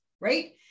right